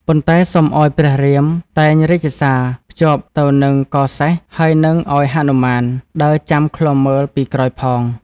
ប៉ុន្តែសុំឱ្យព្រះរាមតែង រាជសារភ្ជាប់ទៅនឹងកសេះហើយ និងឱ្យហនុមានដើរចាំឃ្លាំចាំមើលពីក្រោយផង។